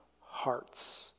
hearts